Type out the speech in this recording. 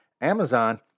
Amazon